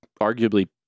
Arguably